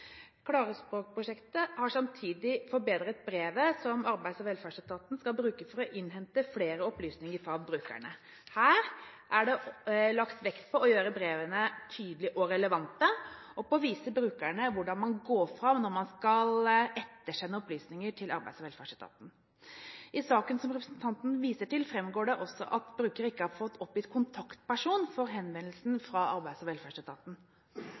skal bruke for å innhente flere opplysninger fra brukerne. Her er det lagt vekt på å gjøre brevene tydelige og relevante, og på å vise brukerne hvordan man går fram når man skal ettersende opplysninger til Arbeids- og velferdsetaten. I saken som representanten viser til, framgår det også at brukeren ikke har fått oppgitt kontaktperson for henvendelsen fra Arbeids- og velferdsetaten.